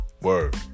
word